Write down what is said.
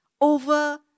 over